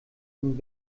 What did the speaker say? dem